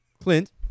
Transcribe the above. Clint